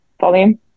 volume